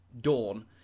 Dawn